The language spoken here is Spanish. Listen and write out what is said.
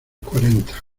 cuarenta